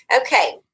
Okay